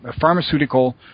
pharmaceutical